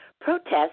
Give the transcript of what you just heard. Protests